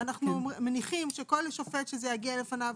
אנחנו מניחים שכל שופט שזה יגיע לפניו,